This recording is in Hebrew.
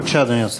בבקשה, אדוני השר.